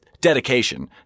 dedication